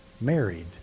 married